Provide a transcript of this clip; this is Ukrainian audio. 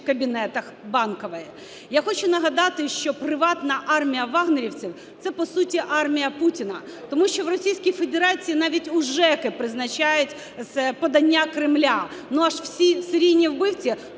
кабінетах Банкової. Я хочу нагадати, що приватна армія "вагнерівців" – це по суті армія Путіна, тому що в Російській Федерації навіть у ЖЕКи призначають з подання Кремля, ну, а всі серійні вбивці